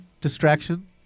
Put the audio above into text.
Distraction